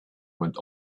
went